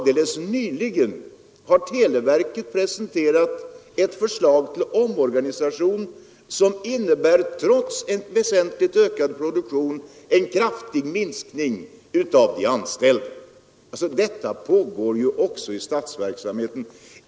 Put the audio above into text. Helt nyligen har televerket presenterat ett förslag till omorganisation, som trots en väsentligt ökad produktion innebär en kraftig minskning av antalet anställda. En rationalisering pågår alltså även inom statsverksamheten.